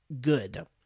good